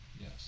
Yes